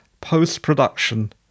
post-production